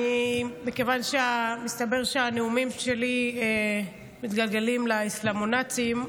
מכיוון שמסתבר שהנאומים שלי מתגלגלים לאסלאמונאצים,